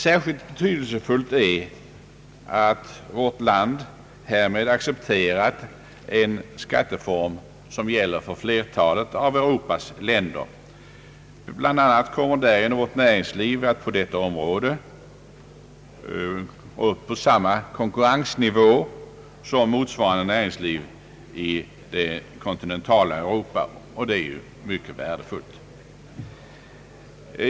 Särskilt betydelsefullt är att vårt land härmed accepterat en skatteform, som gäller för flertalet av Europas länder. Reformen innebär bl.a. att vårt näringsliv på detta område kommer på samma konkurrensnivå som näringslivet i det kontinentala Europa, och det är mycket värdefullt.